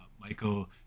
Michael